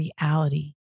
reality